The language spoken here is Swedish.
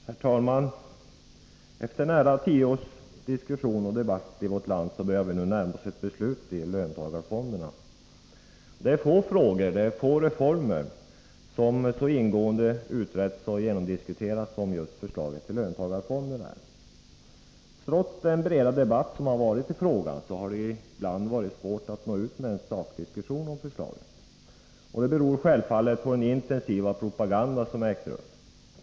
Herr talman! Efter nära tio års diskussion och debatt i vårt land börjar vi nu närma oss ett beslut om löntagarfonderna. Det är få frågor och få reformer som så ingående utretts och genomdiskuterats som förslaget till löntagarfonder. Trots den breda debatt som varit i frågan har det ibland varit svårt att nå ut med en sakdiskussion om förslaget. Det beror självfallet på den intensiva propaganda som ägt rum.